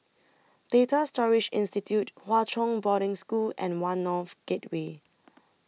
Data Storage Institute Hwa Chong Boarding School and one North Gateway